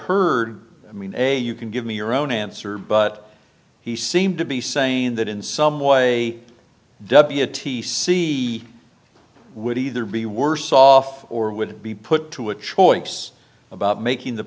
heard i mean a you can give me your own answer but he seemed to be saying that in some way w t c would either be worse off or would be put to a choice about making the